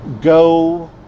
go